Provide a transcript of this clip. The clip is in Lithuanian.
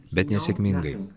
bet nesėkmingai